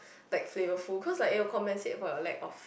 like flavor food cause like will compensate about your lack of